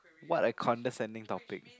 what a condescending topic